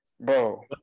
Bro